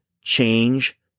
change